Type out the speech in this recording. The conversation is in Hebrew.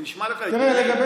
זה נשמע לך הגיוני?